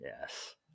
Yes